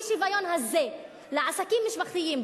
האי-שוויון הזה לעסקים משפחתיים,